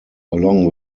along